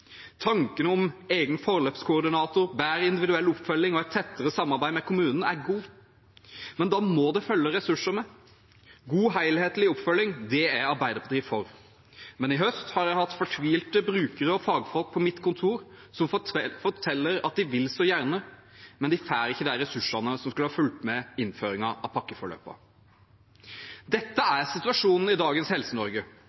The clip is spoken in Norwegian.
Tanken om egen forløpskoordinator, bedre individuell oppfølging og tettere samarbeid med kommunen er god, men da må det følge ressurser med. God, helhetlig oppfølging er Arbeiderpartiet for. Men i høst har jeg hatt fortvilte brukere og fagfolk på mitt kontor som forteller at de vil så gjerne, men de får ikke de ressursene som skulle fulgt med innføringen av